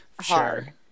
Sure